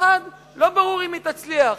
האחת, לא ברור אם היא תצליח.